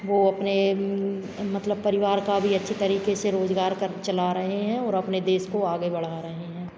वो अपने मतलब परिवार का भी अच्छे तरीके से रोजगार कर चला रहे हैं और अपने देश को आगे बढ़ा रहे हैं